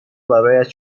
برایت